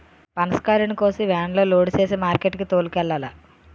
పనసకాయలను కోసి వేనులో లోడు సేసి మార్కెట్ కి తోలుకెల్లాల